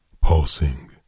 pulsing